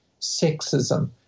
sexism